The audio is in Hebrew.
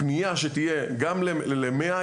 הפנייה שתהיה גם ל-100,